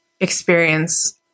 experience